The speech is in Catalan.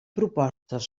propostes